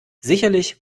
sicherlich